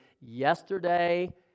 yesterday